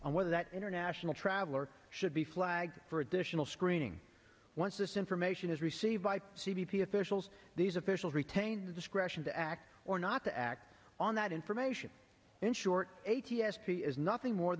on whether that international traveler should be flagged for additional screening once this information is received by c b p officials these officials retain the discretion to act or not to act on that information in short a t s p is nothing more